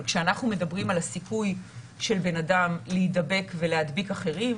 אבל כשאנחנו מדברים על הסיכוי של בן אדם להידבק ולהדביק אחרים,